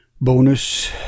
bonus